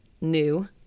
new